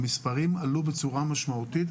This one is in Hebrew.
המספרים עלו בצורה משמעותית,